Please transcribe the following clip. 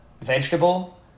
vegetable